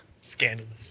Scandalous